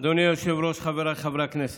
אדוני היושב-ראש, חבריי חברי הכנסת,